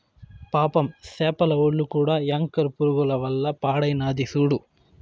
పాపం సేపల ఒల్లు కూడా యాంకర్ పురుగుల వల్ల పాడైనాది సూడు